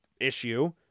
issue